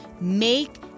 Make